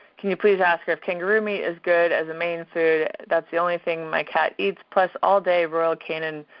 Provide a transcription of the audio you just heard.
can you please her if kangaroo meat is good as a main food? that's the only thing my cat eats, plus all day royal canin